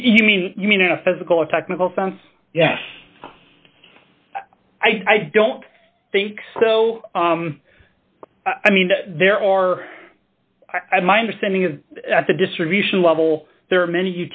you mean you mean in a physical a technical sense yes i don't think so i mean there are i my understanding of at the distribution level there are many